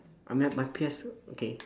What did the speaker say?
I'm at my P_S okay